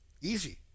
Easy